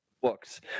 books